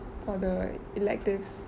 for the electives